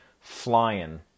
flying